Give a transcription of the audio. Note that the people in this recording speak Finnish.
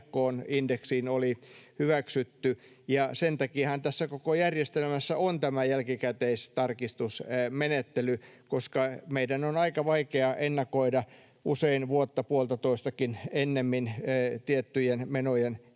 indeksiin oli hyväksytty. Ja sen takiahan tässä koko järjestelmässä on tämä jälkikäteistarkistusmenettely, koska meidän on aika vaikea ennakoida usein vuotta, puoltatoistakin ennemmin tiettyjen menojen kehitystä.